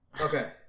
Okay